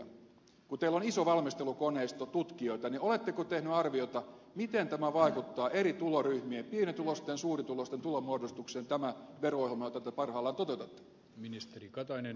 kun teillä on iso valmistelukoneisto tutkijoita niin oletteko tehneet arviota miten tämä vaikuttaa eri tuloryhmien pienituloisten suurituloisten tulonmuodostukseen tämä vero ohjelma jota te parhaillaan toteutatte